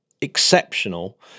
exceptional